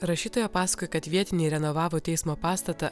rašytoja pasakoja kad vietiniai renovavo teismo pastatą